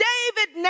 David